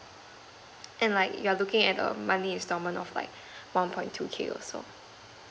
and like you're looking at err money is normal of like one point to K also